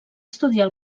estudiar